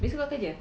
esok kau kerja